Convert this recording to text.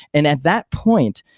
and at that point,